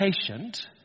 patient